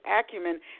acumen